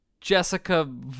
Jessica